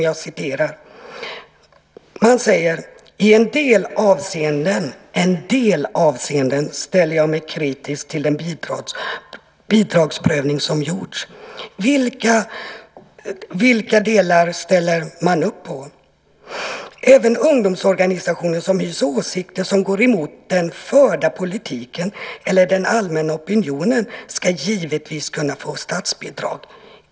Per Nilsson säger: "I en del avseenden ställer jag mig kritisk till den bidragsprövning som gjorts." Vilka delar ställer man upp på? Vidare säger Per Nilsson: "Även ungdomsorganisationer som hyser åsikter som går emot den förda politiken eller den allmänna opinionen ska givetvis kunna få statsbidrag."